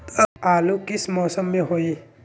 आलू किस मौसम में होई?